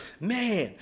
man